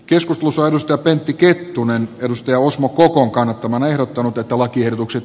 keskustelu suojelusta pentti kettunen edustaja osmo kannattamana ehdottanut että lakiehdotukset